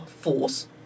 force